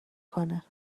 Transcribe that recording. کنه